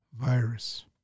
virus